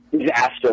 disaster